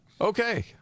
Okay